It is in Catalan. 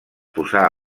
posà